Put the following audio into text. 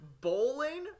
bowling